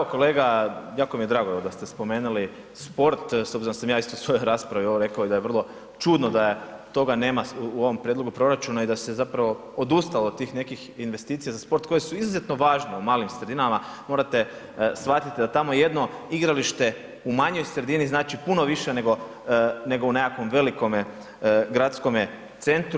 Pa evo kolega jako mi je drago da ste spomenuli sport, s obzirom da sam ja isto u svojoj raspravi ovo rekao da je vrlo čudno da toga nema u ovom prijedlogu proračuna i da se zapravo odustalo od tih nekih investicija za sport koje su izuzetno važne u malim sredinama, morate shvatiti da tamo jedno igralište u manjoj sredini znači puno više nego, nego u nekakvome velikom gradskome centru.